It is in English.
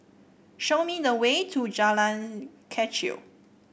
show me the way to Jalan Kechil